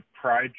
pride